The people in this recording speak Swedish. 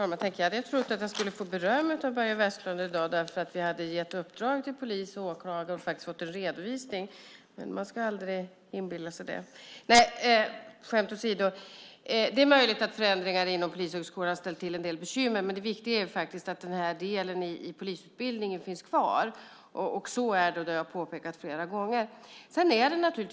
Herr talman! Tänk, jag hade trott att jag i dag skulle få beröm av Börje Vestlund för att vi har gett uppdrag till polis och åklagare och faktiskt fått en redovisning. Nej, skämt åsido. Det är möjligt att förändringar inom Polishögskolan ställer till en del bekymmer, men det viktiga är att denna del i polisutbildningen finns kvar. Så är det, och det har jag påpekat flera gånger.